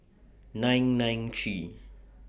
nine nine three